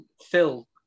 Phil